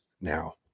now